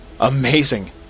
amazing